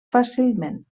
fàcilment